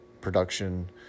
production